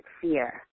fear